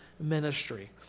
ministry